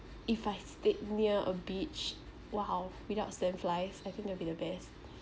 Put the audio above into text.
if I stayed near a beach !wow! without sandflies I think that'd be the best